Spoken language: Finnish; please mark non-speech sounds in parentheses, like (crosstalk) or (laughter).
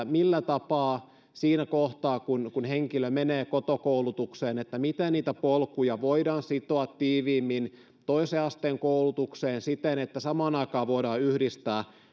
(unintelligible) millä tapaa siinä kohtaa kun kun henkilö menee koto koulutukseen niitä polkuja voidaan sitoa tiiviimmin toisen asteen koulutukseen siten että samaan aikaan voidaan yhdistää